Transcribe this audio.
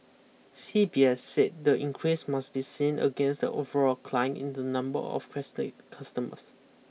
C B S said the increase must be seen against the overall climb in the number of customers